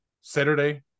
Saturday